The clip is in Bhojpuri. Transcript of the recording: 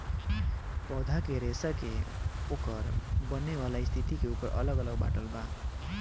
पौधा के रेसा के ओकर बनेवाला स्थिति के ऊपर अलग अलग बाटल बा